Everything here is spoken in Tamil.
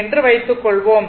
என்று வைத்துக்கொள்வோம்